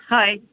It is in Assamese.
হয়